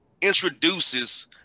introduces